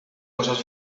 cosas